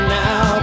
now